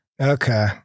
Okay